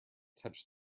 touch